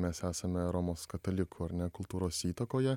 mes esame romos katalikų ar ne kultūros įtakoje